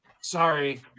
Sorry